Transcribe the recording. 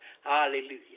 hallelujah